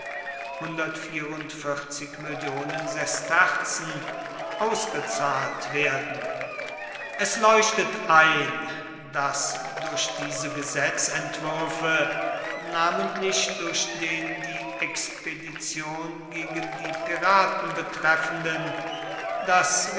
mill sesterzen ausgezahlt werden es leuchtet ein daß durch diese gesetzentwürfe namentlich durch den die expedition gegen die piraten betreffenden das